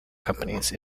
companies